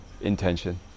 intention